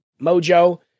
mojo